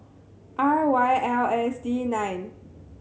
R Y L S D nine